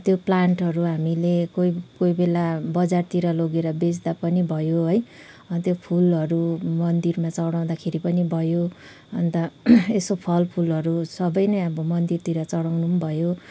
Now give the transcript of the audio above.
त्यो प्लान्टहरू हामीले कोही कोही बेला बजारतिर लगेर बेच्दा पनि भयो है त्यो फुलहरू मन्दिरमा चढाउँदाखेरि पनि भयो अन्त यसो फलफुलहरू सबै नै अब मन्दिरतिर चढाउनु पनि भयो